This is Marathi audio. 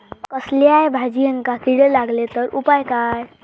कसल्याय भाजायेंका किडे लागले तर उपाय काय?